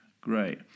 Great